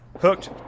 Hooked